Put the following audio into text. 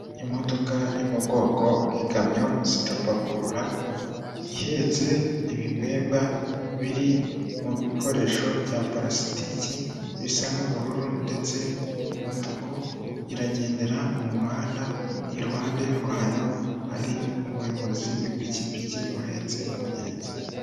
Imodoka yo mu bwoko bw'ikamyo zidapakurura, ihetse ibinyobwa biri mu bikoresho bya parasitiki bisa n'ubururu ndetse n'umutuku, iragendera mu muhanda, iruhande rwayo hari umuyobozi w'ipikipiki uhetse umugenzi.